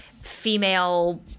female